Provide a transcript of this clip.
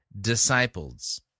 disciples